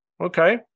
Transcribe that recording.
okay